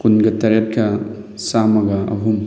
ꯀꯨꯟꯒ ꯇꯔꯦꯠꯀ ꯆꯥꯝꯃꯒ ꯑꯍꯨꯝ